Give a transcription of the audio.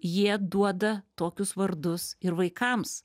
jie duoda tokius vardus ir vaikams